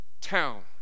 town